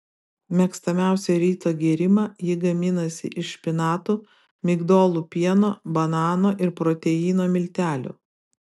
mėgstamiausią ryto gėrimą ji gaminasi iš špinatų migdolų pieno banano ir proteino miltelių